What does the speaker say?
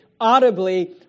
audibly